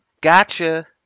Gotcha